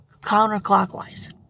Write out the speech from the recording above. counterclockwise